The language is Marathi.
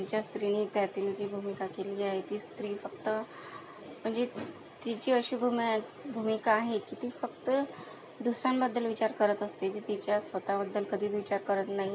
ज्या स्त्रीने त्यातली जी भूमिका केलेली आहे ती स्त्री फक्त म्हणजे तिची अशी भूमा भूमिका आहे की ती फक्त दुसऱ्यांबद्दल विचार करत असते ती तिच्या स्वतःबद्दल कधीच विचार करत नाही